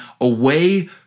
away